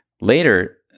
Later